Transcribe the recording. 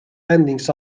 endings